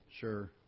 Sure